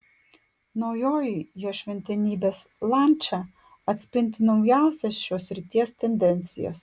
naujoji jo šventenybės lancia atspindi naujausias šios srities tendencijas